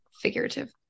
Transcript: figurative